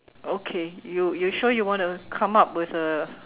okay you you sure you want to come up with a